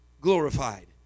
glorified